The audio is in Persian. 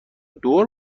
دور